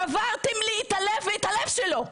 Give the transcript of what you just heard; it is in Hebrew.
שברתם את הלב שלי ואת הלב שלו,